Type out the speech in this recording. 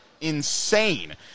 insane